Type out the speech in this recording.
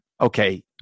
Okay